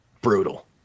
Brutal